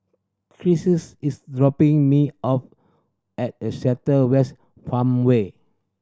Crissie is dropping me off at the Seletar West Farmway